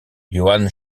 johann